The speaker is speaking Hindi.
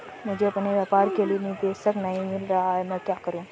मुझे अपने व्यापार के लिए निदेशक नहीं मिल रहा है मैं क्या करूं?